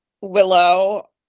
Willow